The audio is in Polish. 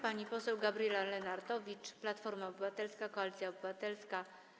Pani poseł Gabriela Lenartowicz, Platforma Obywatelska - Koalicja Obywatelska.